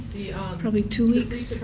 probably two weeks.